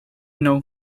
known